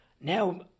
now